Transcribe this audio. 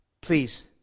please